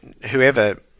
whoever